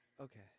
Okay